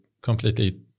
completely